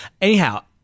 Anyhow